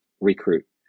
recruit